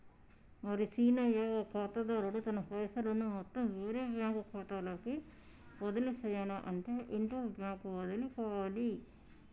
మరి సీనయ్య ఓ ఖాతాదారుడు తన పైసలను మొత్తం వేరే బ్యాంకు ఖాతాలోకి బదిలీ సెయ్యనఅంటే ఇంటర్ బ్యాంక్ బదిలి కావాలి